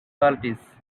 qualities